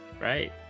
right